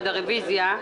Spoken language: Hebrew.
עד הרביזיה,